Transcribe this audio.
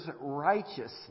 righteousness